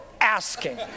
asking